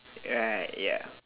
right ya